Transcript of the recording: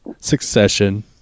Succession